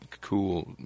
cool